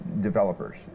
developers